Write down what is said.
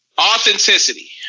authenticity